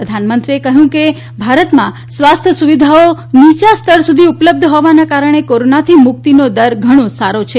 પ્રધાનમંત્રીએ કહ્યું કે ભારતમાં સ્વાસ્થ્ય સુવિધાઓ નીચા સ્તર સુધી ઉપલબ્ધ હોવાને કારણે કોરોનાથી મુક્તિનો દર ઘણો સારો છે